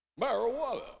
Marijuana